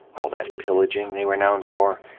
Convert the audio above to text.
all that p illaging they were known for?